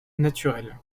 naturel